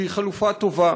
שהיא חלופה טובה: